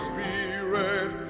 Spirit